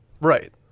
right